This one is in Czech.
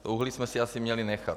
To uhlí jsme si asi měli nechat.